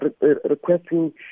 requesting